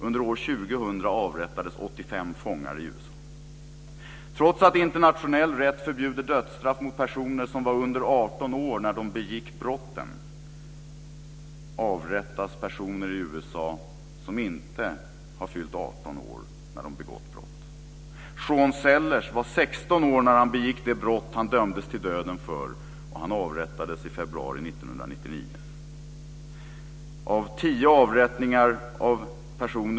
Under år 2000 avrättades 85 fångar i USA. Trots att internationell rätt förbjuder dödsstraff mot personer som var under 18 år när de begick brotten avrättas personer i USA som inte har fyllt 18 år när de begått brott. Sean Sellers var 16 år när han begick det brott han dömdes till döden för. USA för åtta.